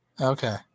Okay